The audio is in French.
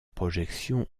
projections